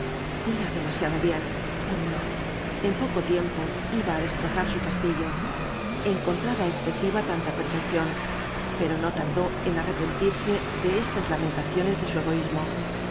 tira demasiado bien murmuró en poco tiempo iba á destrozar su castillo encontraba excesiva tanta perfección pero no tardó en arrepentirse de estas lamentaciones de su egoísmo